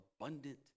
abundant